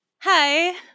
hi